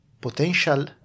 potential